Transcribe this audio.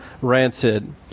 rancid